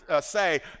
say